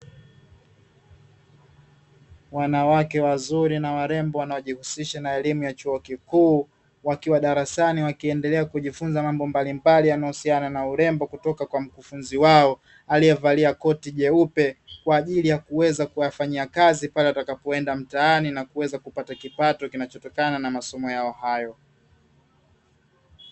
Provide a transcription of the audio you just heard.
Wanawake wazuri na warembo wanaojihusisha na elimu ya chuo kikuu, wakiwa darasani wakiendelea kujifunza mambo mbalimbali yanayohusiana na urembo kutoka kwa mkufunzi wao aliyevalia koti jeupe; kwa ajili ya kuweza kuyafanyia kazi pale watakapoenda mtaani na kuweza kupata kipato kinachotokana na masomo yao hayo.